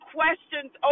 questions